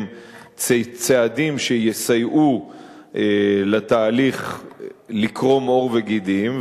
צעדים שיסייעו לתהליך לקרום עור וגידים,